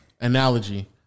analogy